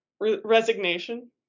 Resignation